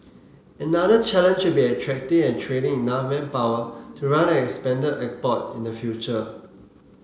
another challenge will be attracting and training enough manpower to run an expanded airport in the future